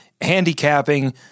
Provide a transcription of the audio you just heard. handicapping